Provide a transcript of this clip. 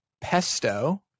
pesto